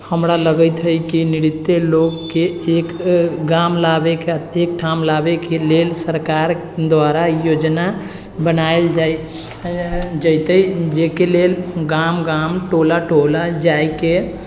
हमरा लगैत हइ कि नृत्य लोककेँ एक गाम लाबयके एकठाम लाबयके लेल सरकार द्वारा योजना बनायल जाए जेतै जाहिके लेल गाम गाम टोला टोला जाएके